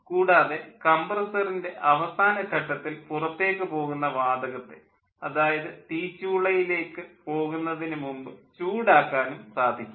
കൂടാതെ കംപ്രസ്സറിൻ്റെ അവസാന ഘട്ടത്തിൽ പുറത്തേക്ക് പോകുന്ന വാതകത്തെ അത് തീച്ചൂളയിലേക്ക് പോകുന്നതിന് മുമ്പ് ചൂടാക്കാനും സാധിക്കുന്നു